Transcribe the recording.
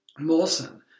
Molson